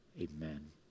Amen